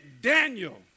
Daniel